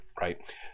right